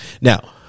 Now